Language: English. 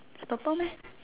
is purple meh